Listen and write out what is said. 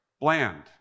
bland